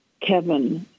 Kevin